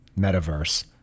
metaverse